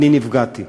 אני נפגעתי.